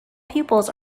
pupils